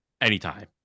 anytime